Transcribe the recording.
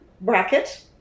bracket